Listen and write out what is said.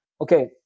okay